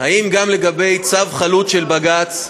אם גם לגבי צו חלוט של בג"ץ,